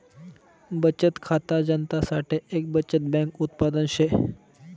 बचत खाता जनता साठे एक बचत बैंक उत्पादन शे